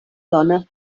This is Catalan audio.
dona